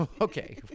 okay